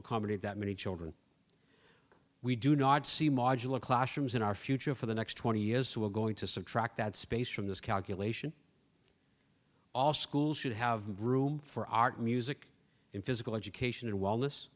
accommodate that many children we do not see modular classrooms in our future for the next twenty years so we're going to subtract that space from this calculation all schools should have room for art music in physical education and well